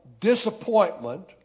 disappointment